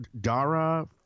Dara